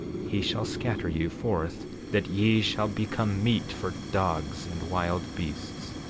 he shall scatter you forth that ye shall become meat for dogs and wild beasts.